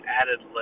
added